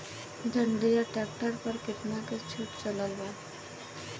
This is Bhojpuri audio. जंडियर ट्रैक्टर पर कितना के छूट चलत बा?